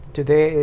Today